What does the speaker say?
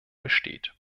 besteht